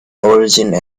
origins